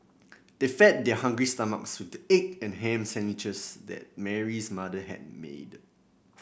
they fed their hungry stomachs with the egg and ham sandwiches that Mary's mother had made